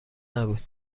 نبود